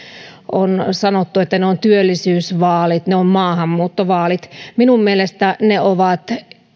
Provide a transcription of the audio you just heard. on sanottu että ne ovat työllisyysvaalit ne ovat maahanmuuttovaalit minun mielestäni ne ovat